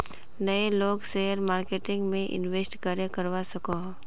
नय लोग share marketing में इंवेस्ट करे करवा सकोहो?